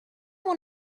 want